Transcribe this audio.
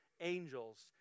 angels –